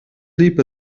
sleep